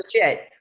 legit